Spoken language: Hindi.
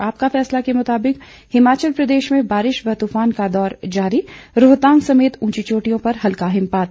आपका फैसला के मुताबिक हिमाचल प्रदेश में बारिश व तूफान का दौर जारी रोहतांग समेत ऊंची चोटियों पर हल्का हिमपात